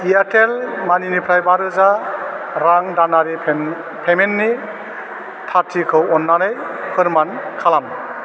Airtel मानिनिफ्राय बा रोजा रां दानारि पेमेन्टनि थारथिखौ अन्नानै फोरमान खालाम